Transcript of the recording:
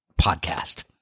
podcast